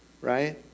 right